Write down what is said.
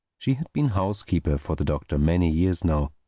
she had been housekeeper for the doctor many years now.